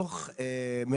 שהכין דו"ח מרתק